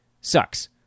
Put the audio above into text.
sucks